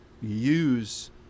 use